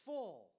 Full